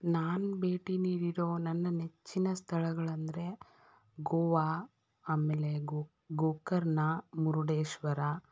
ನಾನು ಭೇಟಿ ನೀಡಿರೋ ನನ್ನ ನೆಚ್ಚಿನ ಸ್ಥಳಗಳೆಂದರೆ ಗೋವಾ ಆಮೇಲೆ ಗೊ ಗೋಕರ್ಣ ಮುರುಡೇಶ್ವರ